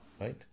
right